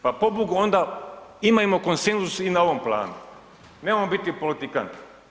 Pa pobogu onda imajmo konsenzus i na ovom planu, nemojmo biti politikanti.